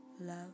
love